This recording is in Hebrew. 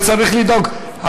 צריך לדאוג,